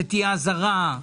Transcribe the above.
שתהיה אזהרה,